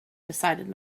decided